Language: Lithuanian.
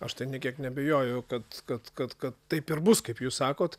aš tai nė kiek neabejoju kad kad kad kad taip ir bus kaip jūs sakot